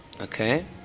okay